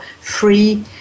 free